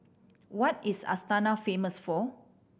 what is Astana famous for